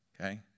okay